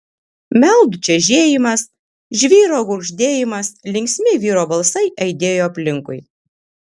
meldų čežėjimas žvyro gurgždėjimas linksmi vyrų balsai aidėjo aplinkui